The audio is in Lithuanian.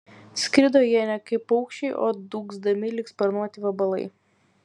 skrido jie ne kaip paukščiai o dūgzdami lyg sparnuoti vabalai